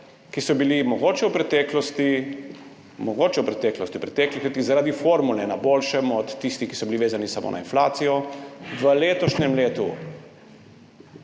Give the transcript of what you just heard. ki so bili mogoče v preteklosti, v preteklih letih zaradi formule na boljšem od tistih, ki so bili vezani samo na inflacijo, in so v letošnjem letu